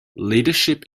leadership